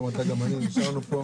גם אתה וגם אני נשארנו פה.